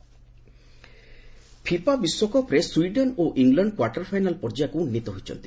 FIFA FIFA ବିଶ୍ୱକପ୍ରେ Sweden ଓ England quarter final ପର୍ଯ୍ୟାୟକୁ ଉନ୍ନୀତ ହୋଇଛନ୍ତି